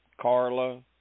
Carla